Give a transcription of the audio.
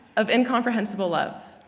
of incomprehensible love.